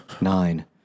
Nine